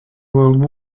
world